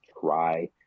try